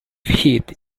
heat